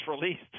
released